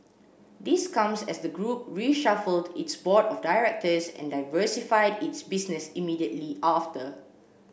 this comes as the group reshuffled its board of directors and diversified its business immediately after